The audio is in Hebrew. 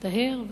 לטהר,